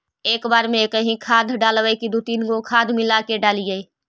एक बार मे एकही खाद डालबय की दू तीन गो खाद मिला के डालीय?